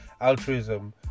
Altruism